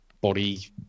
body